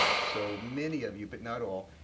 so, many of you, but not all.